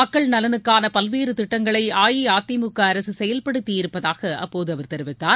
மக்கள் நலனுக்கான பல்வேறு திட்டங்களை அஇஅதிமுக அரசு செயல்படுத்தியிருப்பதாக அப்போது அவர் தெரிவித்தார்